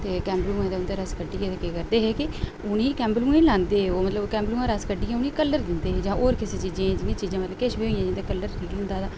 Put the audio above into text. ते कैम्बलुएं दा रस कड्डियै ते के करदे ही केह् उनें कैम्बलुएं लैंदे हे ते कैम्बलुएं दा रस कड्डियै उनें कलर दिंदे हे जां होर किसे चीजे मतलव किश बी होईंया जियां जिंदी कलर निकलदा हा